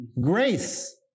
grace